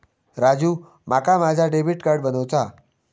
राजू, माका माझा debit card बनवूचा हा